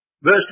Verse